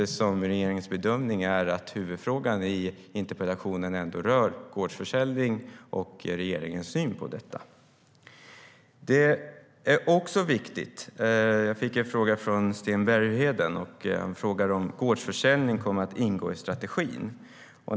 Regeringens bedömning är nämligen att huvudfrågan i interpellationen ändå rör gårdsförsäljning och regeringens syn på detta. Jag fick en fråga från Sten Bergheden om gårdsförsäljning kommer att ingå i livsmedelsstrategin.